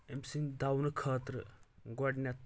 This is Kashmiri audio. أمۍ سٕنٛدِ دونہٕ خٲطرٕ گۄڈٕنٮ۪تھ